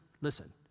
listen